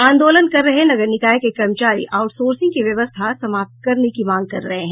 आंदोलन कर रहे नगर निकाय के कर्मचारी आउटसोर्सिंग की व्यवस्था समाप्त करने की मांग कर रहे हैं